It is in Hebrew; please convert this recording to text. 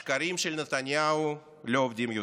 השקרים של נתניהו לא עובדים יותר.